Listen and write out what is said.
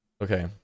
Okay